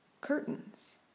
curtains